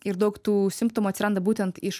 ir daug tų simptomų atsiranda būtent iš